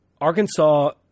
Arkansas